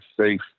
safe